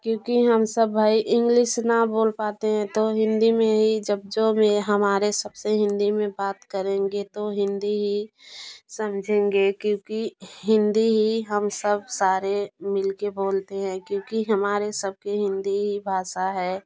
क्योंकि हम सब भाई इंग्लिस ना बोल पाते हैं तो हिंदी में ही जब जो में हमारे सबसे हिंदी में बात करेंगे तो हिंदी ही समझेंगे क्योंकि हिंदी ही हम सब सारे मिल के बोलते हैं क्योंकि हमारे सबके हिंदी ही भाषा है